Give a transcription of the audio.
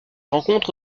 rencontre